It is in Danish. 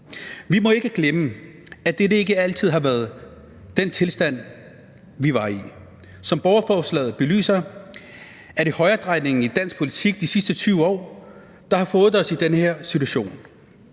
Vi må ikke glemme, at det ikke altid har været den tilstand, vi har været i. Som borgerforslaget belyser, er det højredrejningen i dansk politik i de sidste 20 år, der har bragt os i den her situation.